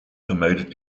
vermeidet